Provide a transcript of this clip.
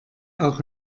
auch